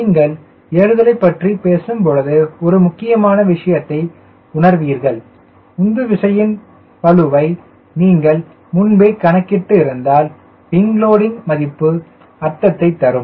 நீங்கள் ஏறுதலை பற்றி பேசும் பொழுது ஒரு முக்கியமான விஷயத்தை உணர்வீர்கள் உந்து விசையின் பளுவை நீங்கள் முன்பே கணக்கிட்டு இருந்தால் விங் லோடிங் மதிப்பு அர்த்தத்தை தரும்